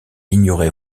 ignorait